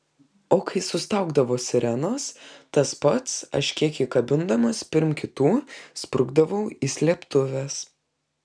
o kai sustaugdavo sirenos tas pats aš kiek įkabindamas pirm kitų sprukdavau į slėptuves